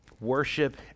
Worship